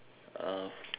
uh